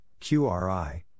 QRI